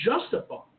justify